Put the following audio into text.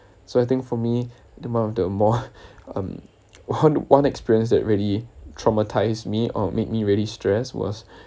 so I think for me the one of the more um one one experience that really traumatised me or made me really stressed was